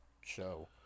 show